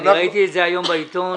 ראיתי את זה היום בעיתון.